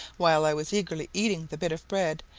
while i was eagerly eating the bit of bread,